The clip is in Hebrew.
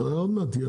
עוד מעט אנחנו